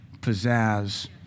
pizzazz